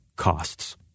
costs